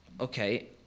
okay